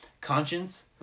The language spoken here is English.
conscience